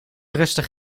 rustig